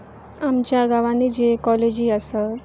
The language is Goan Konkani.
आमच्या गांवांनी जे कॉलेजी आसत